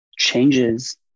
changes